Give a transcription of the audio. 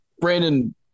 brandon